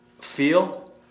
feel